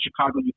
Chicago